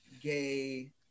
gay